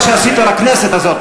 כשאתה תתנצל על מה שעשית לכנסת הזאת,